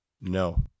No